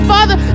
Father